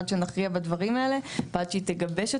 עד שנכריע בדברים האלה ועד שהיא תגבש את